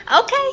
Okay